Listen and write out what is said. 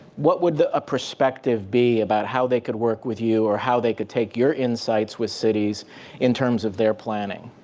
what would a perspective be about how they could work with you? or how they could take your insights with cities in terms of their planning?